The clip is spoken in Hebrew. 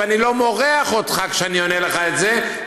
ואני לא מורח אותך כשאני עונה לך את זה,